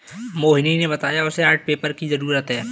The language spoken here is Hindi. मोहिनी ने बताया कि उसे आर्ट पेपर की जरूरत है